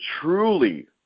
truly